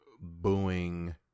booing